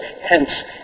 Hence